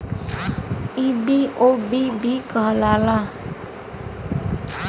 ई बी.ओ.बी भी कहाला